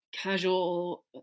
Casual